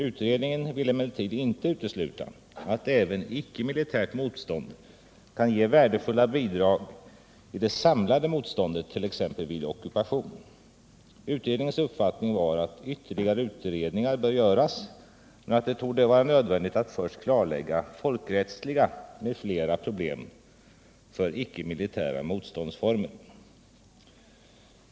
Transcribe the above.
Utredningen ville emellertid inte utesluta att även ickemilitärt motstånd kan ge värdefulla bidrag i det samlade motståndet t.ex. vid ockupation. Utredningens uppfattning var att ytterligare utredningar bör göras, men att det torde vara nödvändigt att först klarlägga folkrättsliga m.fl. problem för icke-militära motståndsformer.